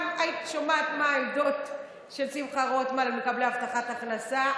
גם היית שומעת מה העמדות של שמחה רוטמן על מקבלי הבטחת הכנסה.